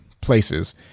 places